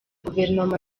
guverinoma